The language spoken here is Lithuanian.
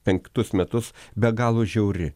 penktus metus be galo žiauri